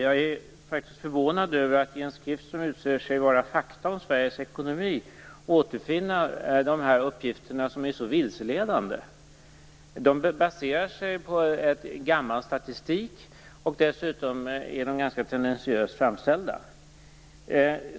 Herr talman! Jag är förvånad över att i en skrift som utger sig ge fakta om Sveriges ekonomi återfinna de här uppgifterna, som är så vilseledande. De baserar sig på gammal statistik. Dessutom är de ganska tendentiöst framställda.